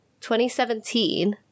2017